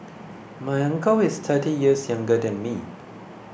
my uncle is thirty years younger than me